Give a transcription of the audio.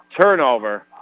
turnover